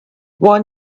one